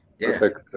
Perfect